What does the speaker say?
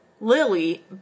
Lily